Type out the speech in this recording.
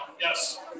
Yes